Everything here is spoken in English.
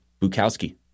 Bukowski